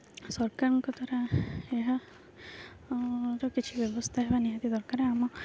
ସରକାରଙ୍କ ଦ୍ୱାରା ଏହା ର କିଛି ବ୍ୟବସ୍ଥା ହେବା ନିହାତି ଦରକାର ଆମ